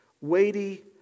weighty